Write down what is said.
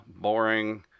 boring